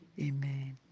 Amen